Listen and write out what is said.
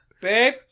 babe